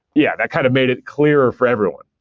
yeah, that kind of made it clearer for everyone.